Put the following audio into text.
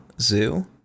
Zoo